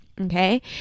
okay